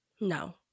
No